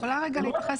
את יכולה רגע להתייחס?